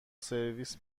سرویس